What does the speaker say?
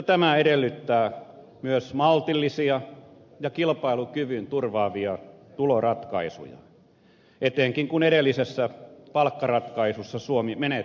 tämä edellyttää myös maltillisia ja kilpailukyvyn turvaavia tuloratkaisuja etenkin kun edellisessä palkkaratkaisussa suomi menetti kilpailukykyään